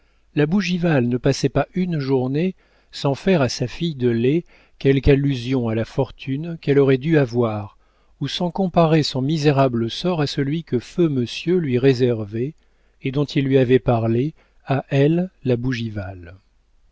la bougival ne passait pas une journée sans faire à sa fille de lait quelque allusion à la fortune qu'elle aurait dû avoir ou sans comparer son misérable sort à celui que feu monsieur lui réservait et dont il lui avait parlé à elle la